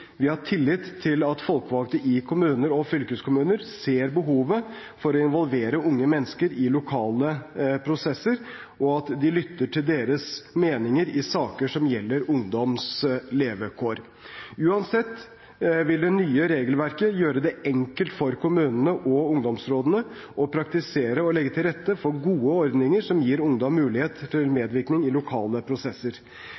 vi har tillit til at folkevalgte i kommuner og fylkeskommuner ser behovet for å involvere unge mennesker i lokale prosesser, og at de lytter til deres meninger i saker som gjelder ungdoms levekår. Uansett vil det nye regelverket gjøre det enkelt for kommunene og ungdomsrådene å praktisere og legge til rette for gode ordninger som gir ungdom mulighet til